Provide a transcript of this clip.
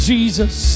Jesus